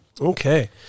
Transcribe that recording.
Okay